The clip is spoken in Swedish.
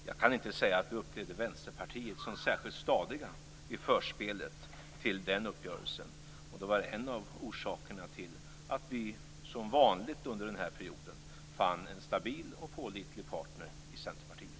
Jag kan inte säga att vi upplevde Vänsterpartiet som särskilt stadigt i förspelet till den uppgörelsen, och det var en av orsakerna till att vi, som vanligt under den här perioden, fann en stabil och pålitlig partner i Centerpartiet.